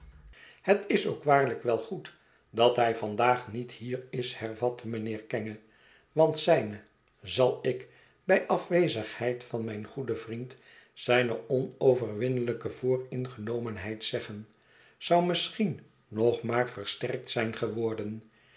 het is ook waarlijk wel goed dat hij vandaag niet hier is hervatte mijnheer kenge want zijne zal ik bij afwezigheid van mijn goeden vriend zijne onoverwinnelijke vooringenomenheid zeggen zou misschien nog maar versterkt zijn geworden